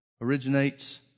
originates